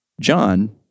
John